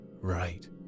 right